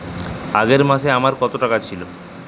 আগের মাসে আমার কত টাকা ছিল?